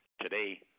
today